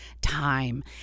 time